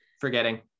forgetting